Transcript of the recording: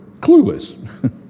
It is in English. clueless